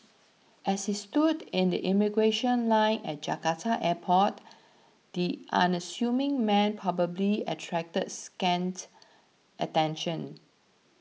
as he stood in the immigration line at Jakarta airport the unassuming man probably attracted scant attention